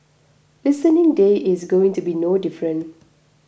listening day is going to be no different